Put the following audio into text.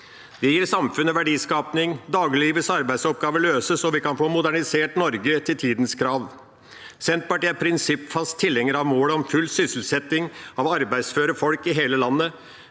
Det gir samfunnet verdiskaping, dagliglivets arbeidsoppgaver løses, og vi kan få modernisert Norge til tidens krav. Senterpartiet er prinsippfast tilhenger av målet om full sysselsetting av arbeidsføre folk i hele landet.